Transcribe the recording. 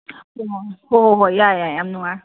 ꯍꯣ ꯍꯣ ꯍꯣꯏ ꯌꯥꯏ ꯌꯥꯏ ꯌꯥꯝ ꯅꯨꯉꯥꯏꯔꯦ